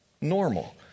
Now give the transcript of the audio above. normal